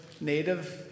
native